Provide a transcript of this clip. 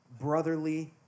brotherly